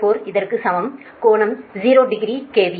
104 இதற்குச் சமம் கோணம் 0 டிகிரி KV